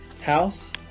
house